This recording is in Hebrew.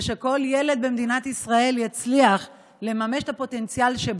ושכל ילד במדינת ישראל יצליח לממש את הפוטנציאל שבו,